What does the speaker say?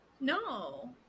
No